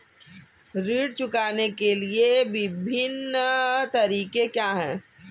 ऋण चुकाने के विभिन्न तरीके क्या हैं?